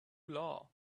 law